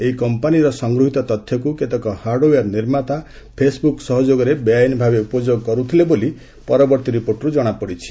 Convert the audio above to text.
ଏହି କମ୍ପାନୀର ସଂଗୃହୀତ ତଥ୍ୟକୁ କେତେକ ହାଡ୍ୱେୟାର୍ ନିର୍ମାତା ଫେସ୍ବୁକ୍ ସହଯୋଗରେ ବେଆଇନ୍ ଭାବେ ଉପଯୋଗ କରୁଥିଲେ ବୋଲି ପରବର୍ତ୍ତୀ ରିପୋର୍ଟରୁ ଜଣାପଡ଼ିଛି